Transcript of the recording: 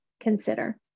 consider